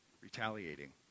retaliating